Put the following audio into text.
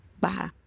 Bye